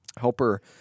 Helper